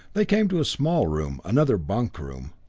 they came to a small room, another bunk room.